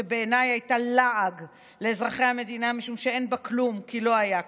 שבעיניי הייתה לעג לאזרחי המדינה משום שאין בה כלום כי לא היה כלום.